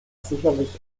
sicherlich